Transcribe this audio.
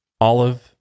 olive